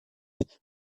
and